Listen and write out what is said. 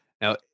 Now